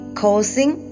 causing